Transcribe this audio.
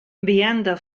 vianda